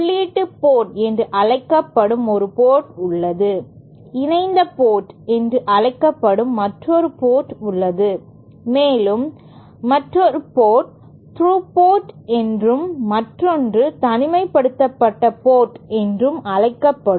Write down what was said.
உள்ளீட்டு போர்ட் என்று அழைக்கப்படும் ஒரு போர்ட் உள்ளது இணைந்த போர்ட் என்று அழைக்கப்படும் மற்றொரு போர்ட் உள்ளது மேலும் மற்றொரு போர்ட் த்ரூ போர்ட் என்றும் மற்றொன்று தனிமைப்படுத்தப்பட்ட போர்ட் என்றும் அழைக்கப்படும்